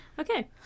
Okay